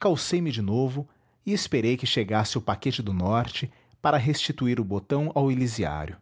calcei me de novo e esperei que chegasse o paquete do norte para restituir o botão ao elisiário